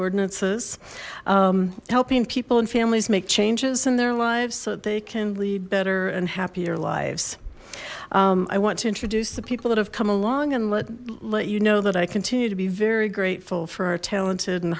ordinances helping people and families make changes in their lives so they can lead better and happier lives i want to introduce the people that have come along and let let you know that i continue to be very grateful for our talented and